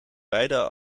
beide